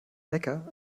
lecker